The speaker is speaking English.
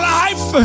life